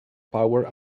power